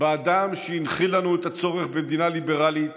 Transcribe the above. באדם שהנחיל לנו את הצורך במדינה ליברלית